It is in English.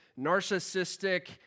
narcissistic